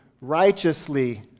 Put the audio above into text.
righteously